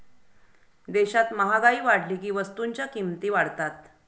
देशात महागाई वाढली की वस्तूंच्या किमती वाढतात